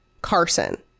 Carson